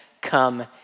come